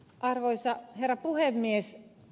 arvoisa herra puhemies